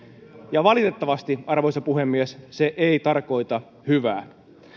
ja valitettavasti arvoisa puhemies se ei tarkoita hyvää